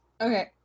Okay